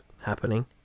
happening